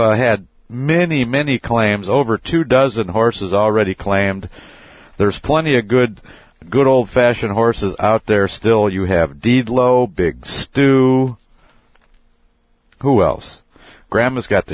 had many many claims over two dozen horses already claimed there's plenty of good good old fashioned horses out there still you have deed low bigs do who else gramma's got the